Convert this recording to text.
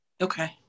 okay